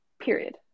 period